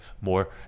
more